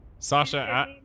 Sasha